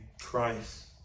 Christ